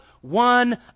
one